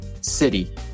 city